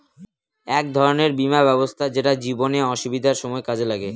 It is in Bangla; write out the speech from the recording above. এক ধরনের বীমা ব্যবস্থা যেটা জীবনে অসুবিধার সময় কাজে লাগে